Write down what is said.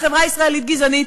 החברה הישראלית גזענית.